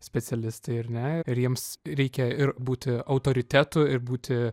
specialistai ar ne ir jiems reikia ir būti autoritetu ir būti